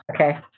Okay